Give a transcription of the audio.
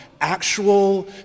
actual